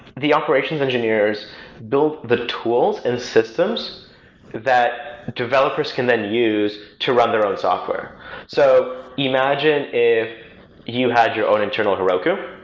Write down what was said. the operations engineers built the tools and systems that developers can then use to run their own software so imagine if you had your internal heroku.